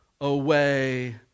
away